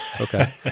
Okay